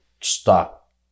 stop